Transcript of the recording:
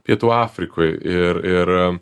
pietų afrikoj ir ir